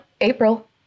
April